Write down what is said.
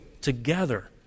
together